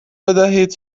بدهید